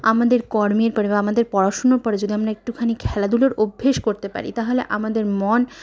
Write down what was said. আমাদের কর্মের পরে বা আমাদের পড়াশুনার পরে যদি আমরা একটুখানি খেলাধুলোর অভ্যেস করতে পারি তাহলে আমাদের মন